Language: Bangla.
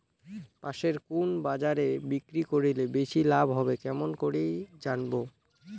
পাশের কুন বাজারে বিক্রি করিলে বেশি লাভ হবে কেমন করি জানবো?